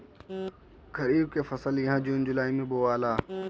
खरीफ के फसल इहा जून जुलाई में बोआला